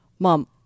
Mom